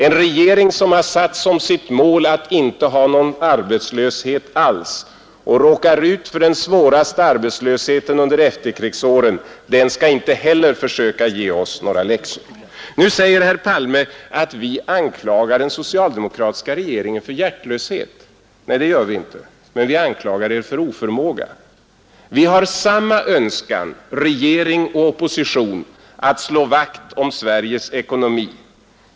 En regering som satt som sitt mål att inte ha någon arbetslöshet alls men råkar ut för den svåraste arbetslösheten under efterkrigsåren skall inte heller försöka ge oss några läxor. Nu säger herr Palme att vi anklagar den socialdemokratiska regeringen för hjärtlöshet. Nej, det gör vi inte, men vi anklagar er för oförmåga. Vi har samma önskan, regering och opposition, att slå vakt om Sveriges ekonomi.